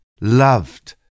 loved